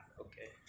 okay